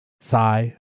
Sigh